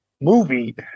movie